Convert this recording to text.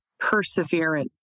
perseverant